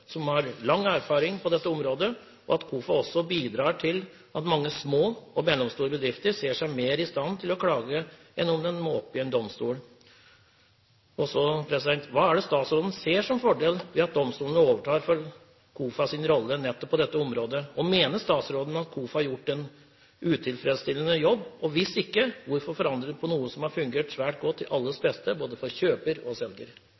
som har lang erfaring på dette området – beholde denne oppgaven, og at KOFA også bidrar til at mange små og mellomstore bedrifter ser seg mer i stand til å klage enn om det må opp i en domstol? Hva ser statsråden som fordelen ved at domstolene overtar KOFAs rolle på nettopp dette området, og mener statsråden at KOFA har gjort en utilfredsstillende jobb? Hvis ikke: Hvorfor forandre på noe som har fungert svært godt til alles beste – både for kjøper og selger?